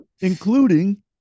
including